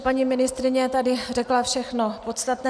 Paní ministryně tady řekla všechno podstatné.